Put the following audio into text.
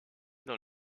dans